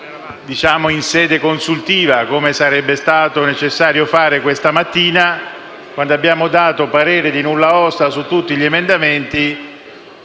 emendamento in sede consultiva come sarebbe stato necessario fare questa mattina quando abbiamo dato parere di nulla osta su tutti gli emendamenti,